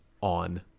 on